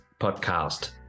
podcast